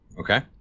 Okay